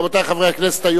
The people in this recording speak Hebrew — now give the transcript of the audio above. רבותי חברי הכנסת,